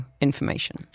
information